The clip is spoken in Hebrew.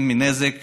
מנזק